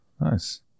nice